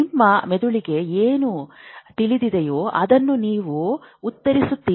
ನಿಮ್ಮ ಮೆದುಳಿಗೆ ಏನು ತಿಳಿದಿದೆಯೋ ಅದನ್ನು ನೀವು ಉತ್ತರಿಸುತ್ತೀರಿ